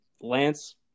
Lance